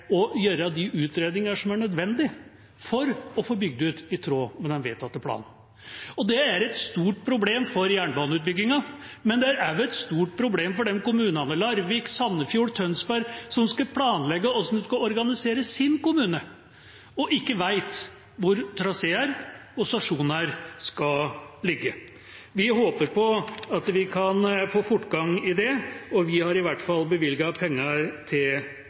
å gjøre de utredninger som er nødvendige for å få bygd ut i tråd med den vedtatte planen. Det er et stort problem for jernbaneutbyggingen, men det er også et stort problem for kommunene Larvik, Sandefjord og Tønsberg, som skal planlegge hvordan de skal organisere sin kommune, og ikke vet hvor traseer og stasjoner skal ligge. Vi håper at vi kan få fortgang i det, vi har i hvert fall bevilget penger til